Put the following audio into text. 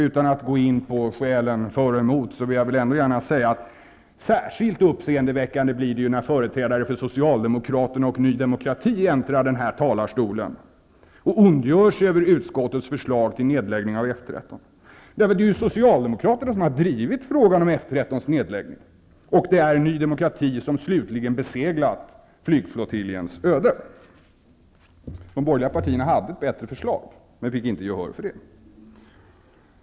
Utan att gå in på skälen för och emot, vill jag ändå säga att det blir särskilt uppseendeväckande när företrädare för Socialdemokraterna och Ny demokrati äntrar talarstolen och ondgör sig över utskottets förslag till nedläggning av F 13. Det är ju Socialdemokraterna som har drivit frågan om nedläggning av F 13, och det är Ny demokrati som slutligen har beseglat flygflottiljens öde. De borgerliga partierna hade ett bättre förslag men fick inte gehör för det.